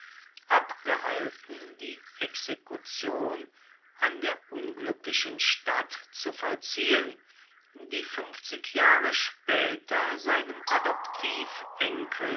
abgehalten die exekution an der ungluecklichen stadt zu vollziehen die fuenfzig jahre spaeter seinem